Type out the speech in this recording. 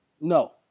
No